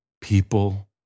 People